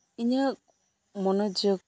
ᱤᱧᱟᱹᱜ ᱢᱚᱱᱚᱡᱚᱜ